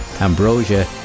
Ambrosia